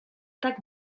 tak